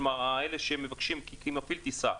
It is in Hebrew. כלומר אלה שמבקשים להיות מפעיל טיסה,